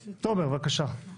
תומר, בבקשה.